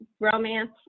romance